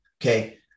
Okay